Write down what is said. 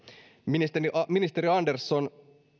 ministeri ministeri andersson